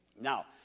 Now